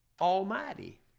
Almighty